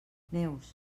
neus